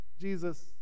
Jesus